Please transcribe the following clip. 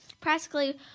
practically